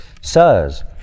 Sirs